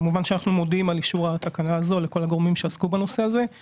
אנחנו כמובן מודים לכל הגורמים שעסקו בנושא הזה על אישור התקנה הזאת.